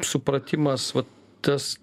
supratimas vat tas